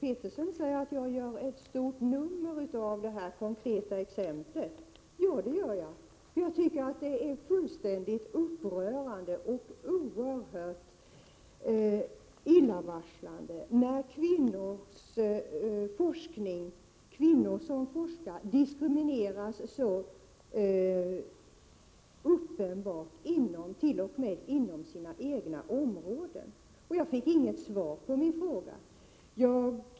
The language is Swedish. Fru talman! Jag gör ett stort nummer av detta konkreta exempel, säger Eva Hedkvist Petersen. Ja, det gör jag! Det är fullständigt upprörande och oerhört illavarslande att kvinnor som forskar så uppenbart diskrimineras t.o.m. inom sina egna forskningsområden! Jag fick inget svar på min fråga.